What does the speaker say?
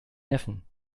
neffen